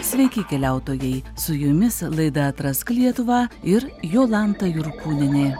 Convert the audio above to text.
sveiki keliautojai su jumis laida atrask lietuvą ir jolanta jurkūnienė